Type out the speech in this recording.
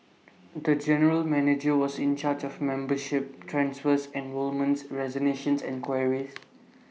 the general manager was in charge of membership transfers enrolments resignations and queries